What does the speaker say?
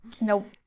nope